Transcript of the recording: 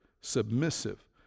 submissive